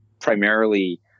primarily